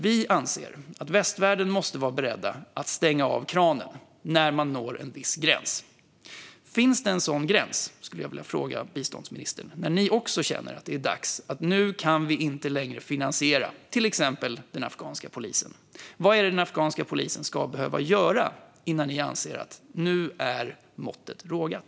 Vi anser att västvärlden måste vara beredd att stänga kranen när man når en viss gräns. Finns det en sådan gräns, skulle jag vilja fråga biståndsministern, när ni också känner att nu det är dags, nu kan vi inte längre finansiera till exempel den afghanska polisen? Vad är det den afghanska polisen ska behöva göra innan ni anser att måttet är rågat?